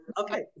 Okay